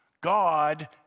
God